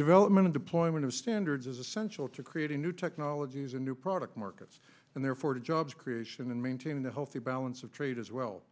development of deployment of standards is essential to creating new technologies and new product markets and therefore jobs creation and maintaining a healthy balance of trade as well